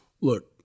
look